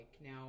Now